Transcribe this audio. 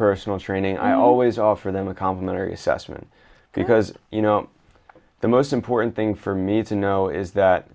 personal training i always offer them a complimentary assessment because you know the most important thing for me to know is that